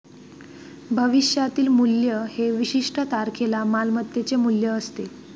भविष्यातील मूल्य हे विशिष्ट तारखेला मालमत्तेचे मूल्य असते